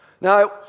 Now